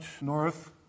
north